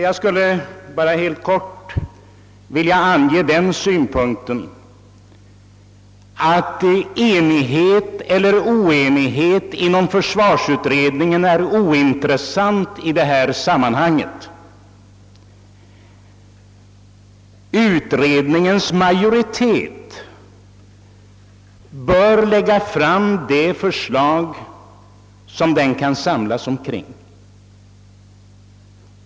Jag skulle bara helt kort vilja framföra den synpunkten, att frågan om enighet eller oenighet inom försvarsutredningen är ointressant i detta sammanhang. Utredningens majoritet bör lägga fram de förslag som den kan samlas kring.